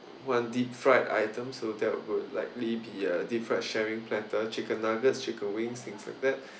one deep fried item so that would likely be a deep fried sharing platter chicken nuggets chicken wings things like that